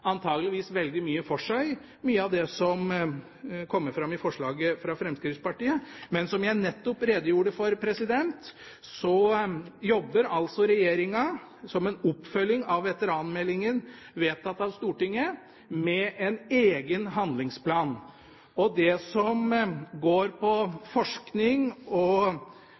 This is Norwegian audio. Mye av det som kommer fram i forslaget fra Fremskrittspartiet, har antakeligvis veldig mye for seg, men som jeg nettopp redegjorde for, jobber regjeringa med en egen handlingsplan som en oppfølging av veteranmeldinga vedtatt av Stortinget. Det som går på forskning og levekårsundersøkelse for dem som